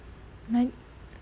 来